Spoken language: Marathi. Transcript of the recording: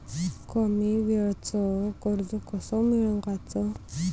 कमी वेळचं कर्ज कस मिळवाचं?